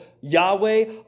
Yahweh